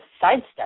sidestep